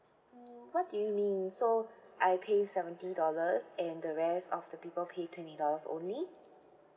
mm what do you mean so I pay seventy dollars and the rest of the people pay twenty dollars only